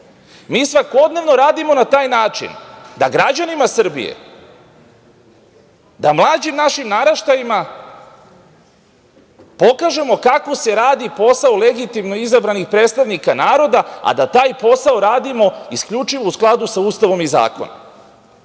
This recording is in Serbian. Mi svakodnevno radimo na taj način da građanima Srbije, da mlađim našim naraštajima pokažemo kako se radi posao legitimno izabranih predstavnika naroda, a da taj posao radimo isključivo u skladu sa Ustavom i zakonom. Ono